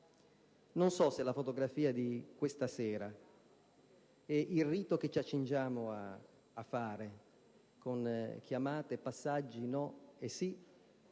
Non so se la fotografia di questa sera e il rito che ci accingiamo a compiere con chiamate, passaggi, no e sì,